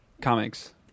comics